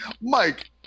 Mike